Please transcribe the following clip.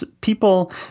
people